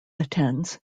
attends